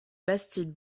bastide